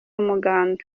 umuganda